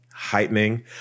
heightening